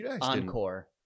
Encore